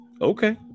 okay